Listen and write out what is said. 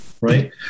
right